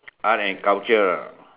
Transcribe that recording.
art and culture